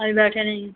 अभी बैठे नहीं हैं